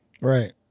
right